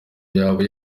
yaba